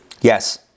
Yes